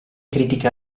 critiche